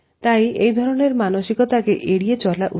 তাই এই ধরনের মানসিকতা কে এড়িয়ে চলা উচিত